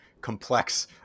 complex